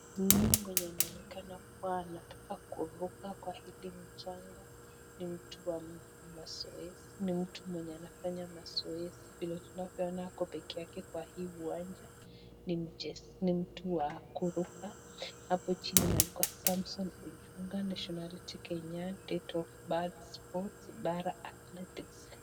Huyu mwenye anaonekana kuwa anataka kuruka kwa hili mchanga ni mtu wa mazoezi, ni mtu mwenye anafanya mazoezi vile tunavyoona ako peke yake kwa hii uwanja. Ni mtu wa kuruka. Hapo chini imeandikwa Samson Ojuka, Nationality Kenya, Date of Birth Sports, Barra Athletics .